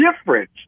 different